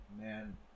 man